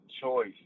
choice